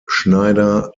schneider